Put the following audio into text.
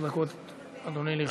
עשר דקות, אדוני, לרשותך.